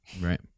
Right